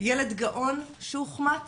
ילד גאון שהוחמץ,